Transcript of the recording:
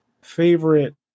favorite